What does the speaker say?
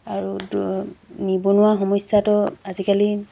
আৰু নিবনুৱা সমস্যাটো আজিকালি